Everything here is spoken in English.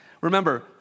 Remember